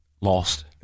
Lost